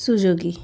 Suzuki